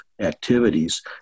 activities